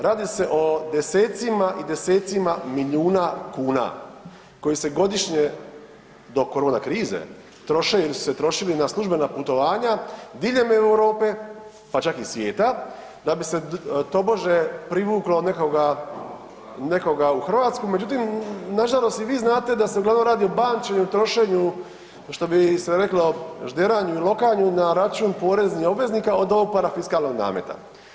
Radi se o desecima i desecima milijuna kuna koji se godišnje do korona krize, troše ili su se trošili na službena putovanja diljem Europe, pa čak i svijeta da bi se tobože privuklo nekoga u Hrvatsku. međutim, nažalost i vi znate da se uglavnom radi o bančenju, trošenju što bi se reklo žderanju i lokanju na račun poreznih obveznika od ovog parafiskalnog nameta.